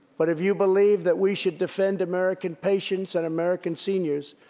but if you believe that we should defend american patients and american seniors,